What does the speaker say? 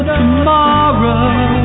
tomorrow